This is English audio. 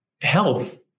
health